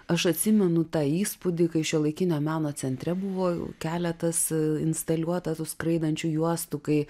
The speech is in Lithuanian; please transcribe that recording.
aš atsimenu tą įspūdį kai šiuolaikinio meno centre buvojau keletas instaliuota tų skraidančių juostų kai